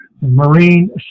Marine